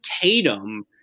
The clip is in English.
Tatum